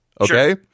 Okay